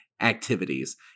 activities